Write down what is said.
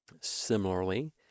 Similarly